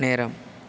நேரம்